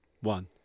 one